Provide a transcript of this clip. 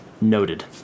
Noted